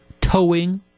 towing